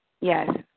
Yes